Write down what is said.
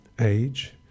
age